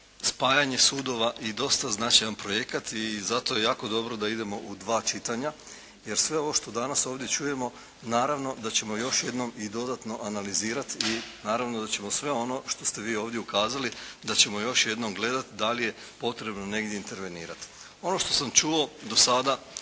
spajanje sudova i dosta značajan projekat i zato je jako dobro da idemo u dva čitanja, jer sve ovo što danas ovdje čujemo, naravno da ćemo i još jednom dodatno analizirati i naravno da ćemo sve ono što ste vi ovdje ukazali, da ćemo još jednom gledati da li je potrebno negdje intervenirati. Ono što sam čuo do sada